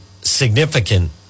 significant